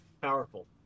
powerful